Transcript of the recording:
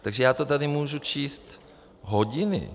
Takže já to tady můžu číst hodiny.